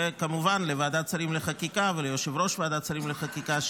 וכמובן לוועדת שרים לחקיקה וליושב-ראש ועדת שרים לחקיקה,